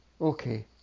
Okay